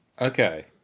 Okay